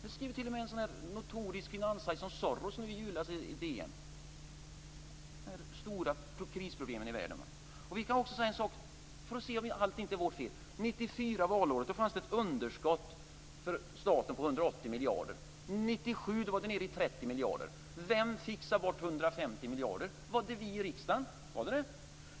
Det skrev t.o.m. en sådan notorisk finansman som Soros i Dagens Nyheter i julas. Det handlade om de stora krisproblemen i världen. Jag kan nämna en annan sak som visar att allt inte är vårt fel. Valåret 1994 hade staten ett underskott på 180 miljarder. 1997 var det nere i 30 miljarder. Vem fixade bort 150 miljarder? Var det vi i riksdagen?